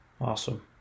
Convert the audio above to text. Awesome